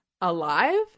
alive